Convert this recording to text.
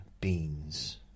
beans